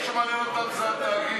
מה שמעניין אותם זה התאגיד.